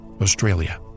Australia